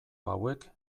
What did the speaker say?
hauek